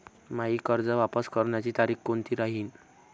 मायी कर्ज वापस करण्याची तारखी कोनती राहीन?